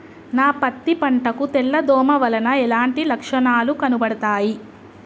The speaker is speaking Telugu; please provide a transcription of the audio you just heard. నా పత్తి పంట కు తెల్ల దోమ వలన ఎలాంటి లక్షణాలు కనబడుతాయి?